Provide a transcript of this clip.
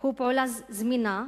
הוא פעולה זמינה,